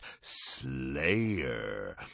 slayer